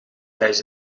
ijs